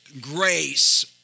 grace